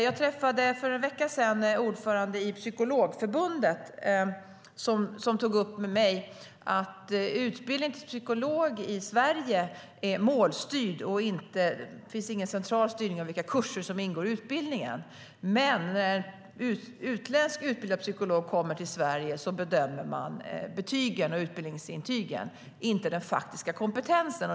Jag träffade för en vecka sedan ordföranden för Psykologförbundet, som tog upp med mig att utbildningen till psykolog i Sverige är målstyrd. Det finns ingen central styrning av vilka kurser som ingår i utbildningen. Men när en utländsk utbildad psykolog kommer till Sverige bedömer man betygen och utbildningsintygen, inte den faktiska kompetensen.